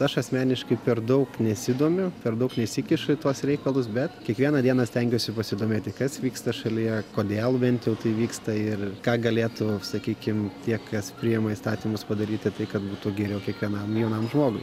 aš asmeniškai per daug nesidomiu per daug nesikišu į tuos reikalus bet kiekvieną dieną stengiuosi pasidomėti kas vyksta šalyje kodėl bent jau tai vyksta ir ką galėtų sakykim tie kas priima įstatymus padaryti tai kad būtų geriau kiekvienam jaunam žmogui